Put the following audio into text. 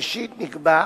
ראשית נקבע,